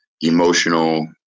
emotional